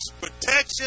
protection